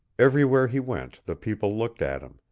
everywhere he went the people looked at him,